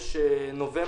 שמחודש נובמבר,